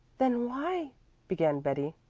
then why began betty.